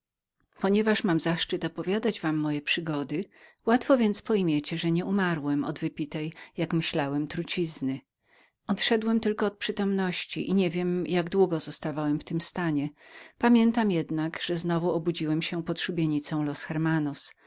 ponieważ mam zaszczyt wam opowiadać moje przygody łatwo więc pojmiecie że nie umarłem od trucizny którą myślałem żem wypił odszedłem tylko od przytomności i niewiem jak długo zostawałem w tym stanie pamiętam jednak że znowu obudziłem się pod szubienicą los hermanos